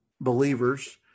believers